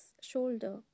shoulder